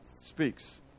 speaks